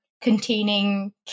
containing